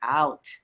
out